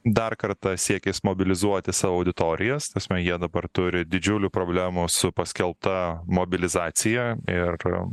dar kartą siekis mobilizuoti savo auditorijas ta prasme jie dabar turi didžiulių problemų su paskelbta mobilizacija ir